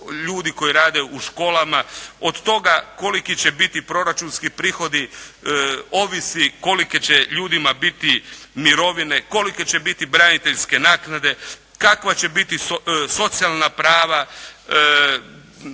ljudi koji rade u školama, od toga koliko će biti proračunski prihodi ovisi kolike će ljudima biti mirovine, kolike će biti braniteljske naknade, kakva će biti socijalna prava